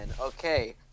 Okay